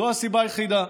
זו הסיבה היחידה.